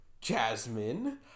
Jasmine